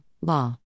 law